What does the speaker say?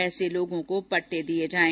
ऐसे लोगो को पट्टे दिए जाएं